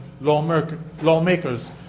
lawmakers